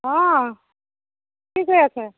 অঁ কি কৰি আছে